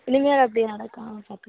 இனிமேல் அப்படி நடக்காமல் பார்த்து